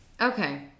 Okay